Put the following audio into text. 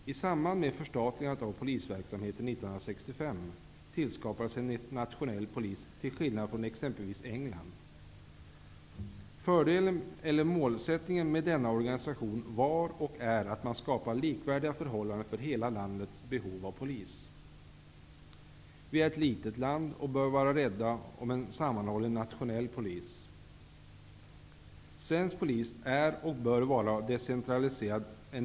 I samband med förstatligandet av polisverksamheten 1965 tillskapades en nationell polis i Sverige, till skillnad från i exempelvis England. Målsättningen med denna organisation var och är att skapa likvärdiga förhållanden för hela landets behov av polis. Sverige är ett litet land, och vi bör vara rädda om en sammanhållen nationell polis. Den svenska polisorganisationen är och bör vara decentraliserad.